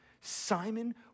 Simon